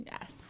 Yes